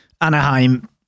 Anaheim